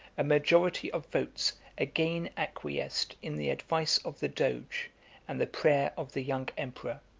a majority of votes again acquiesced in the advice of the doge and the prayer of the young emperor.